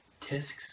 Tisks